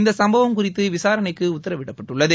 இந்த சம்பவம் குறித்து விசாரணைக்கு உத்தரவிடப்பட்டுள்ளது